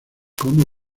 como